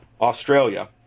Australia